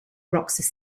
roxas